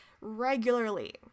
regularly